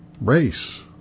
race